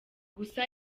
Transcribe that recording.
gusa